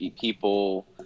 people